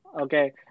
Okay